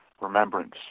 remembrance